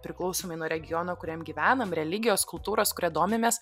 priklausomai nuo regiono kuriam gyvenam religijos kultūros kuria domimės